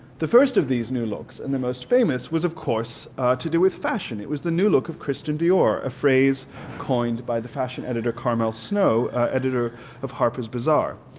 the first of these new looks and the most famous was of course to do with fashion it was the new look of christian dior a phrase coined by the fashion editor carmel snow ah editor of harper's bazaar.